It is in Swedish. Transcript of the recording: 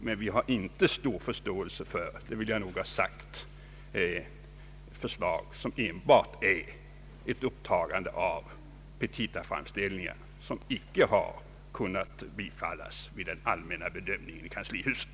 Men vi har inte stor förståelse för förslag som enbart tar upp petitaframställningar vilka icke har kunnat bifallas vid den allmänna bedömningen i kanslihuset.